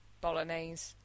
bolognese